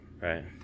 right